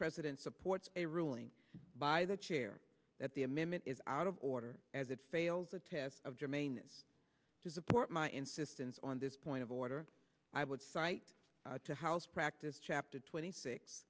president supports a ruling by the chair that the amendment is out of order as it fails the test of jermaine's to support my insistence on this point of order i would cite the house practice chapter twenty six